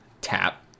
tap